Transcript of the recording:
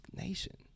nation